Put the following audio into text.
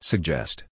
Suggest